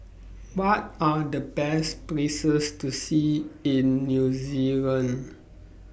What Are The Best Places to See in New Zealand